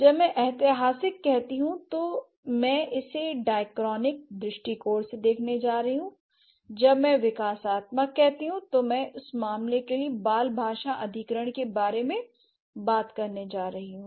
जब मैं ऐतिहासिक कहती हूं तो मैं इसे डायक्रॉनिक दृष्टिकोण से देखने जा रही हूं जब मैं विकासात्मक कहती हूं तो मैं उस मामले के लिए बाल भाषा अधिग्रहण के बारे में बात करने जा रही हूं